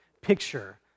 picture